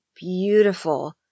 beautiful